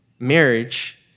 Marriage